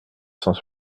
cent